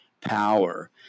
power